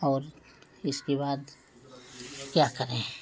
और इसके बाद क्या करें